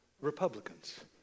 Republicans